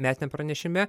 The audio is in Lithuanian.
metiniame pranešime